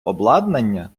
обладнання